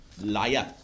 liar